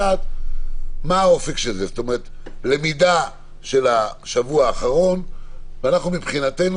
כל הסיפור של רמזור ודיפרנציאציה לא נמצא פה על סדר היום.